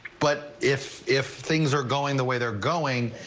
but if if things are going the way they're going.